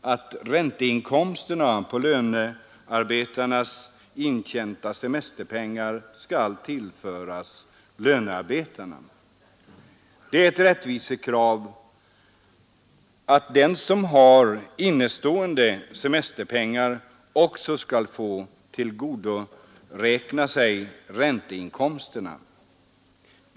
att ränteinkomsterna på lönearbetarnas intjänta semesterpengar skall tillföras lönearbetarna. Det är ett rättvisekrav att den som har innestående semesterpengar också skall få tillgodoräkna sig ränteinkomsterna.